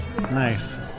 Nice